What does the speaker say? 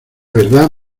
verdad